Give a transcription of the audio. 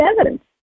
evidence